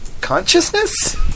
consciousness